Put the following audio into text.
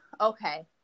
okay